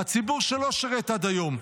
הציבור שלא שירת עד היום,